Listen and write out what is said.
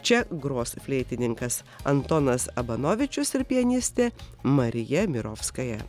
čia gros fleitininkas antonas abamovičius ir pianistė marija mirovskaja